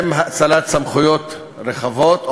עם האצלת סמכויות רחבות,